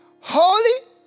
holy